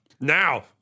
Now